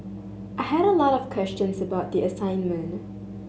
I had a lot of questions about the assignment